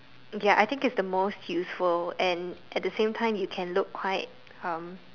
ya I think it's the most useful and at the same time you can look quite um